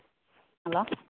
hello